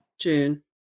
June